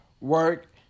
work